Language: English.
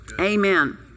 Amen